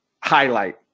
highlight